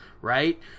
right